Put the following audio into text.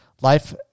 Life